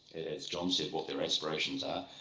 as john said, what their aspirations are,